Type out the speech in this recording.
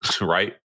right